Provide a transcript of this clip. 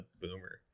boomer